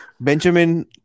Benjamin